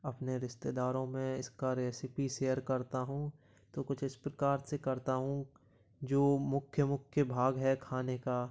अपने रिश्तेदारो में इसका रेसिपी शेयर करता हूँ तो कुछ इस प्रकार से करता हूँ जो मुख्य मुख्य भाग है खाने का